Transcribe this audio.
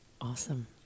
Awesome